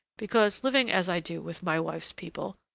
because, living as i do with my wife's people,